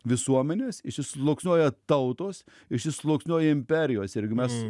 visuomenės išsisluoksniuoja tautos išsisluoksniuoja imperijos irgi mes